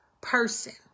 person